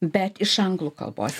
bet iš anglų kalbos